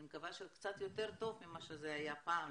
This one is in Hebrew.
אני מקווה שקצת יותר טוב ממה שהיה פעם,